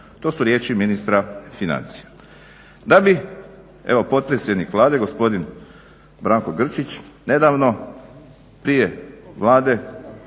to su riječi ministra financija. Da bi evo potpredsjednik Vlade gospodin Branko Grčić nedavno prije Vlade